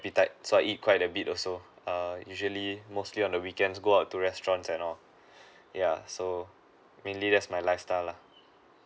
appetite so I eat quite a bit also err usually mostly on the weekends go out to restaurants and all ya so mainly that's my lifestyle lah